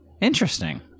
interesting